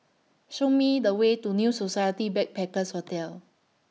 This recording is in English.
Show Me The Way to New Society Backpackers' Hotel